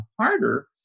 harder